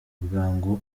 bwangu